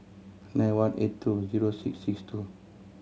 nine one eight two zero six six two